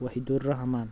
Wahidur Rahman